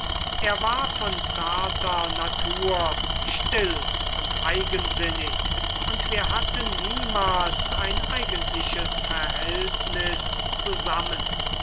er war von zarter natur still und eigensinnig und wir hatten niemals ein eigentliches verhältnis zusammen